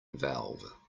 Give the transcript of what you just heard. valve